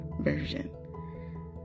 Version